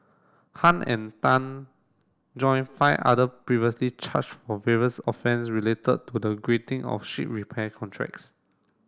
Han and Tan join five other previously charged for various offence related to the granting of ship repair contracts